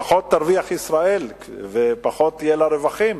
ישראל תרוויח פחות, יהיו לה פחות רווחים,